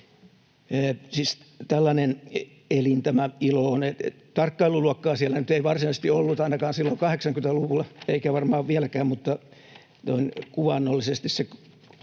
tällainen elin tämä ILO on. Tarkkailuluokkaa siellä nyt ei varsinaisesti ollut ainakaan silloin 80-luvulla eikä varmaan vieläkään, mutta noin kuvaannollisesti se